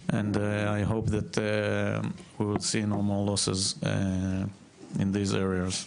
בכללותה ואני מקווה שלא נראה יותר אבדות באזורים הללו.